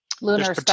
Lunar